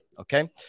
Okay